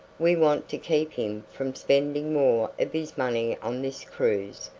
we want to keep him from spending more of his money on this cruise.